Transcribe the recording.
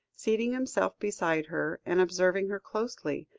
seating himself beside her, and observing her closely,